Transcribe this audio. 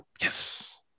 Yes